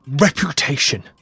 reputation